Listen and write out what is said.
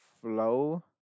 flow